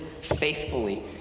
faithfully